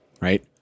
right